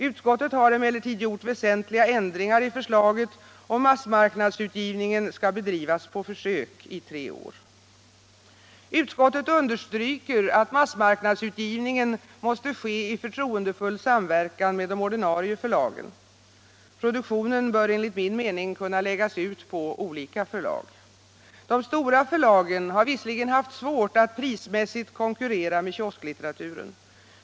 Utskottet har emellertid gjort väsentliga ändringar i förslaget, och massmarknadsutgivningen skall bedrivas på försök i tre år. Utskottet understryker att massmarknadsutgivningen måste ske i förtroendefull samverkan med de ordinarie förlagen. Produktionen bör enligt min mening kunna läggas ut på olika förlag. De stora förlagen har visserligen haft svårt att prismässigt konkurrera med kiosklitteraturen.